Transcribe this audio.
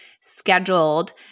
scheduled